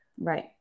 Right